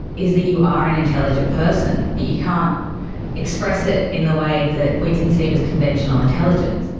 is that you are an intelligent person but you can't express it in the way that we conceive as conventional intelligence.